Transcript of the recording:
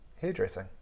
hairdressing